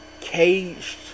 caged